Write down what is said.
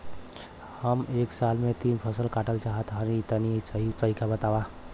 हम एक साल में तीन फसल काटल चाहत हइं तनि सही तरीका बतावा?